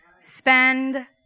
Spend